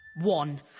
One